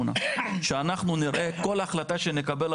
שאנחנו נראה כל החלטה שנקבל,